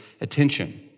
attention